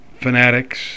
fanatics